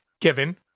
given